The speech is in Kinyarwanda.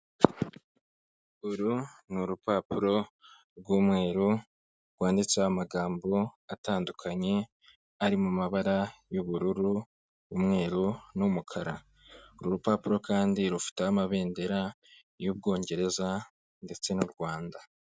Uru ni urupapuro rw'umweru rwanditseho amagambo atandukanye ari mu mabara y'ubururu umweruru n'umukara uru rupapuro kandi rufite amabendera y'ubwongereza ndetse nu rwanda.